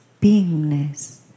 beingness